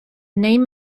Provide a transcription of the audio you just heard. name